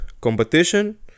competition